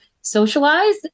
socialize